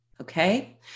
okay